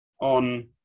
on